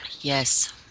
Yes